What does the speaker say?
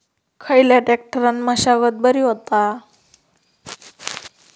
खयल्या ट्रॅक्टरान मशागत बरी होता?